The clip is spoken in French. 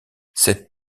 cet